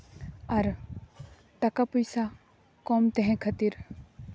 ᱟᱨ ᱴᱟᱠᱟ ᱯᱚᱭᱥᱟ ᱠᱚᱢ ᱛᱟᱦᱮᱸ ᱠᱷᱟᱹᱛᱤᱨ